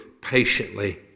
patiently